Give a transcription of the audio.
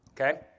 Okay